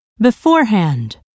beforehand